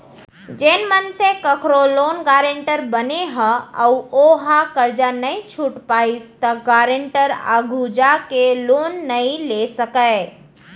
जेन मनसे कखरो लोन गारेंटर बने ह अउ ओहा करजा नइ छूट पाइस त गारेंटर आघु जाके लोन नइ ले सकय